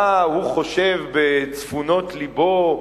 מה הוא חושב בצפונות לבו,